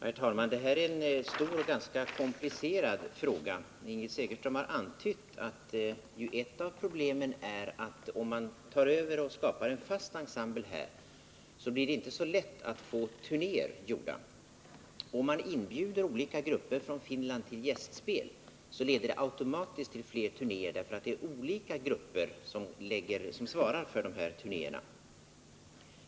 Herr talman! Det här är en stor och ganska komplicerad fråga. Ingrid Segerström har antytt att ett av problemen är att om man skapar en fast ensemble här, så blir det inte så lätt att få turnéer genomförda, och om man inbjuder olika grupper från Finland till gästspel leder det automatiskt till fler turnéer, därför att det är olika grupper som svarar för de här turnéerna.